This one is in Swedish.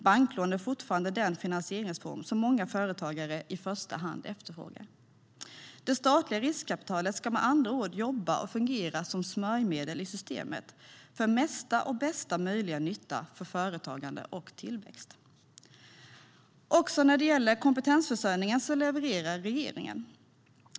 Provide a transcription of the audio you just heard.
Banklån är fortfarande den finansieringsform som många företagare i första hand efterfrågar. Det statliga riskkapitalet ska med andra ord jobba och fungera som smörjmedel i systemet för mesta och bästa möjliga nytta för företagande och tillväxt. Också när det gäller kompetensförsörjningen levererar regeringen.